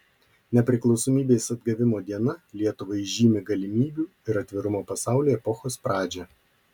nepriklausomybės atgavimo diena lietuvai žymi galimybių ir atvirumo pasauliui epochos pradžią